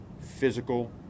physical